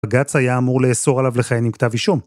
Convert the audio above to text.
בג"ץ היה אמור לאסור עליו לכהן עם כתב אישום.